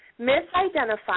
misidentified